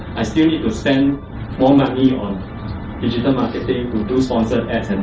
i still need to spend more money on digital marketing to do sponsored ads